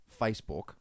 Facebook